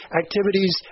activities